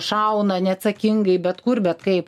šauna neatsakingai bet kur bet kaip